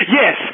Yes